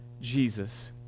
Jesus